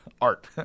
art